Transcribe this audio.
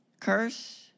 curse